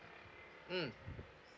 mm